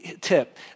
tip